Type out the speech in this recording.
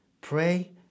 Pray